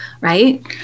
Right